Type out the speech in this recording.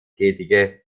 tätige